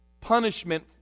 punishment